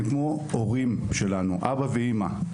הם כמו הורים שלנו, אבא ואמא.